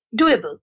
doable